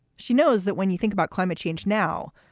she knows that when you think about climate change now,